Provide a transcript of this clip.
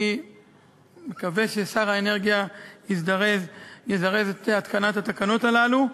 אני מקווה ששר האנרגיה יזרז את התקנת התקנות הללו.